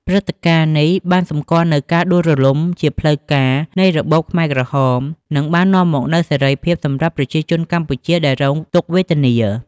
ព្រឹត្តិការណ៍នេះបានសម្គាល់នូវការដួលរលំជាផ្លូវការនៃរបបខ្មែរក្រហម និងបាននាំមកនូវសេរីភាពសម្រាប់ប្រជាជនកម្ពុជាដែលរងទុក្ខវេទនា។